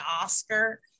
Oscar